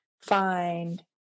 find